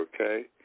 okay